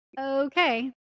Okay